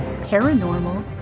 paranormal